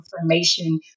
information